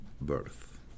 birth